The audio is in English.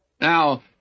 Now